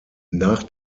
nach